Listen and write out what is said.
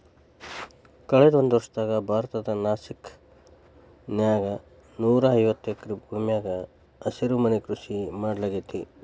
ಕಳದ ಒಂದ್ವರ್ಷದಾಗ ಭಾರತದ ನಾಸಿಕ್ ನ್ಯಾಗ ನೂರಾಐವತ್ತ ಎಕರೆ ಭೂಮ್ಯಾಗ ಹಸಿರುಮನಿ ಕೃಷಿ ಮಾಡ್ಲಾಗೇತಿ